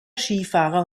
skifahrer